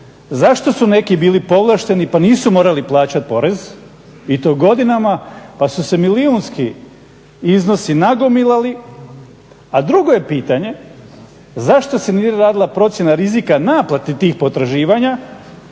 zašto su neki bili povlašteni pa nisu morali plaćati porez i to godinama pa su se milijunski iznosi nagomilali, a drugo je pitanje zašto se nije radila procjena rizika naplate tih potraživanja